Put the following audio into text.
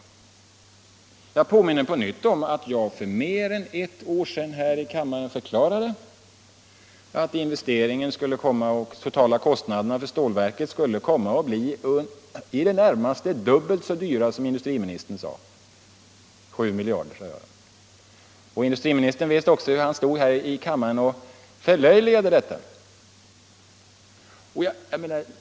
Jag påminner på nytt om att jag för mer än ett år sedan här i kammaren talade om, att de totala kostnaderna för stålverket skulle komma att bli i det närmaste dubbelt så stora som industriministern menade — 7 miljarder, sade jag. Industriministern minns nog hur han stod här och förlöjligade detta.